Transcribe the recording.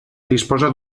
disposa